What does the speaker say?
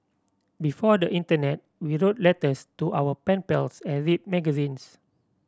before the internet we wrote letters to our pen pals and read magazines